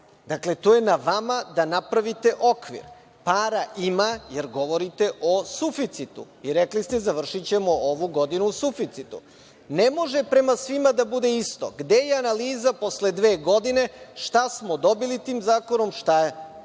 rade. Dakle, to je na vama da napravite okvir, a para ima jer govorite o suficitu i rekli ste završićemo ovu godinu u suficitu. Ne može prema svima da bude isto. Gde je analiza posle dve godine šta smo dobili tim zakonom, šta smo